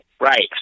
right